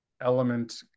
element